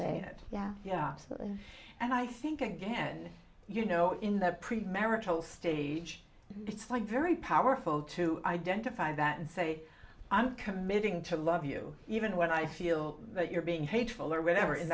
it yeah yeah absolutely and i think again you know in the premarital stage it's like very powerful to identify that and say i'm committing to love you even when i feel you're being hateful or whatever i